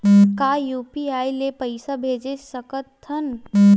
का यू.पी.आई ले पईसा भेज सकत हन?